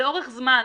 לאורך זמן,